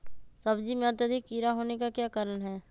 सब्जी में अत्यधिक कीड़ा होने का क्या कारण हैं?